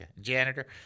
Janitor